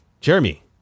Jeremy